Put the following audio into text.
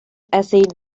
acid